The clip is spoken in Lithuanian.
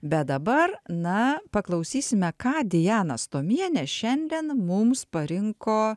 bet dabar na paklausysime ką diana stomienė šiandien mums parinko